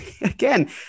again